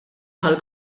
tal